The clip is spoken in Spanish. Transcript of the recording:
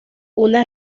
una